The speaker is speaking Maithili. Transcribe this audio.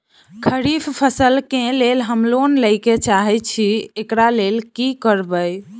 खरीफ फसल केँ लेल हम लोन लैके चाहै छी एकरा लेल की करबै?